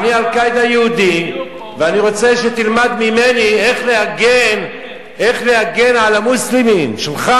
אני "אל-קאעידה" יהודי ואני רוצה שתלמד ממני איך להגן על המוסלמים שלך.